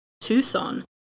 Tucson